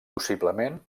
possiblement